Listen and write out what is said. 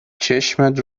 چشمت